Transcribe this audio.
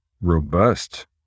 robust